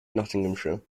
nottinghamshire